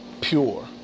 pure